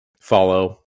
follow